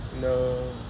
No